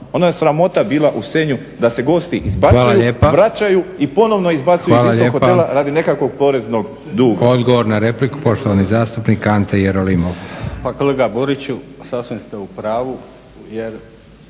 Ono je sramota bila u Senju da se gosti izbacuju, vraćaju i ponovo izbacuju iz istog hotela radi nekakvog poreznog duga.